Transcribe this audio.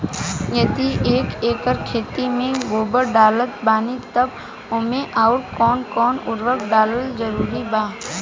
यदि एक एकर खेत मे गोबर डालत बानी तब ओमे आउर् कौन कौन उर्वरक डालल जरूरी बा?